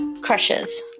Crushes